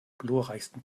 glorreichsten